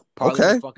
okay